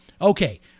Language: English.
okay